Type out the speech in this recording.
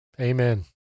Amen